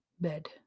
bed